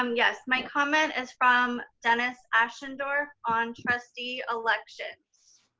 um yes, my comment is from dennis ashendorf on trustee elections.